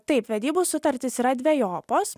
taip vedybų sutartys yra dvejopos